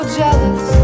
jealous